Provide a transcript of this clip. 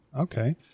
Okay